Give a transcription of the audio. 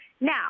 Now